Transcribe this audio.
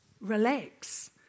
Relax